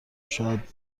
شاید